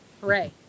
Hooray